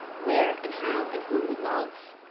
where, and how, and who we love.